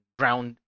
Ground